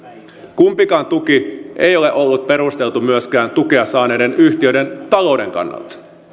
kumpikaan tuki ei ole ollut perusteltu myöskään tukea saaneiden yhtiöiden talouden kannalta